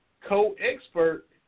co-expert